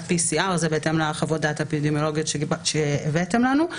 PCR. זה בהתאם לחוות הדעת האפידמיולוגיות שהבאתם לנו.